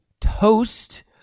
toast